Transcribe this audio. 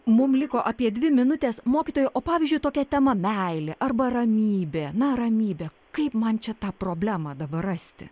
mum liko apie dvi minutės mokytoja o pavyzdžiui tokia tema meilė arba ramybė na ramybė kaip man čia tą problemą dabar rasti